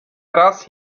raz